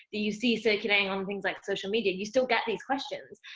that you see circulating on things like social media. you still get these questions,